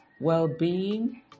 well-being